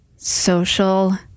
Social